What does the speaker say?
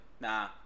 Nah